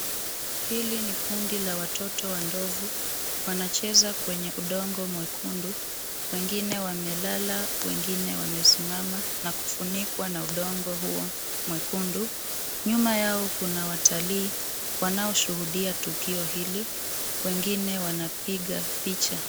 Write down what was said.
Hili ni kundi la watoto wa ndovu wanacheza kwenye udongo mwekundu, wengine wamelala, wengine wamesimama na kufunikwa na udongo huo mwekundu. Nyuma yao kuna watalii wanaoshuhudia tukio hili, wengine wanapiga picha.